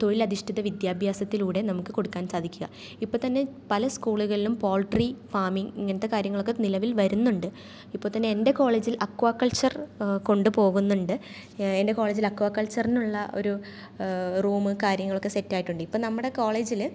തൊഴിലധിഷ്ഠിത വിദ്യാഭ്യാസത്തിലൂടെ നമുക്ക് കൊടുക്കാൻ സാധിക്കുക ഇപ്പം തന്നെ പല സ്കൂളുകളിലും പോൾട്രീ ഫാമിങ്ങ് ഇങ്ങനത്തെ കാര്യങ്ങളൊക്കെ നിലവിൽ വരുന്നുണ്ട് ഇപ്പം തന്നെ എൻ്റെ കോളേജിൽ അക്വാ കൾച്ചർ കൊണ്ട് പോകുന്നുണ്ട് എൻ്റെ കോളേജിൽ അക്വാ കൾച്ചറിനുള്ള ഒരു റൂം കാര്യങ്ങളൊക്കെ സെറ്റായിട്ടുണ്ട് ഇപ്പം നമ്മുടെ കോളേജിൽ